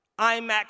IMAX